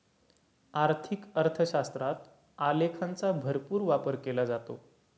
आर्थिक अर्थशास्त्रात आलेखांचा भरपूर वापर केला जातो